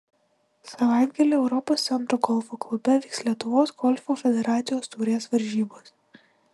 savaitgalį europos centro golfo klube vyks lietuvos golfo federacijos taurės varžybos